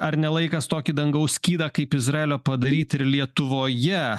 ar ne laikas tokį dangaus skydą kaip izraelio padaryt ir lietuvoje